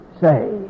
say